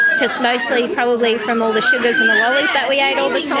just mostly probably from all the sugars and the lollies that we ate all